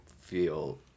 feel